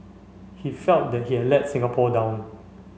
he felt that he had let Singapore down